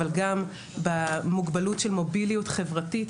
אבל גם במוגבלות של מוביליות חברתית,